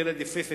ילד יפהפה,